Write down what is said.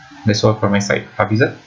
that's all from my side hafizah